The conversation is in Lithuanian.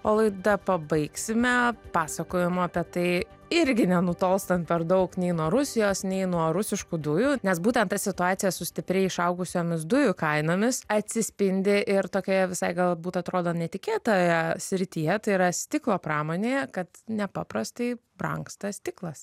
o laidą pabaigsime pasakojimu apie tai irgi nenutolstant per daug nei nuo rusijos nei nuo rusiškų dujų nes būtent ta situacija su stipriai išaugusiomis dujų kainomis atsispindi ir tokioje visai galbūt atrodo netikėtoje srityje tai yra stiklo pramonėje kad nepaprastai brangsta stiklas